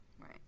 Right